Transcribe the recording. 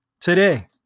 today